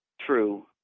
true